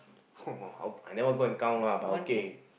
!wah! I never go and count lah but okay